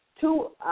two